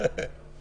צריך לעשות אותן.